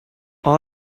all